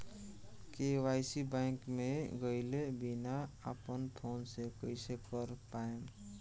KYC bank मे गएले बिना अपना फोन से कइसे कर पाएम?